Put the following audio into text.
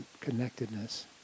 connectedness